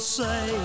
say